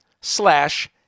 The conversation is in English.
slash